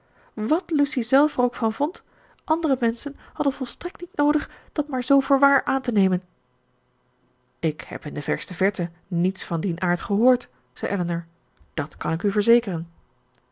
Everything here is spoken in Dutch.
wàt lucy zelf er ook van vond andere menschen hadden volstrekt niet noodig dat maar zoo voor waar aan te nemen ik heb in de verste verte niets van dien aard gehoord zei elinor dat kan ik u verzekeren